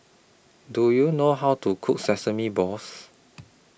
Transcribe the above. Do YOU know How to Cook Sesame Balls